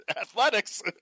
athletics